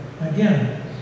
again